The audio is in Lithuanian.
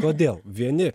kodėl vieni